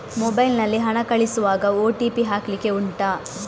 mobile ನಲ್ಲಿ ಹಣ ಕಳಿಸುವಾಗ ಓ.ಟಿ.ಪಿ ಹಾಕ್ಲಿಕ್ಕೆ ಉಂಟಾ